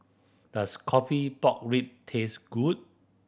does coffee pork rib taste good